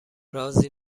رازی